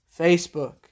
Facebook